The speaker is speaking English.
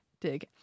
dig